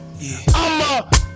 I'ma